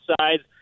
sides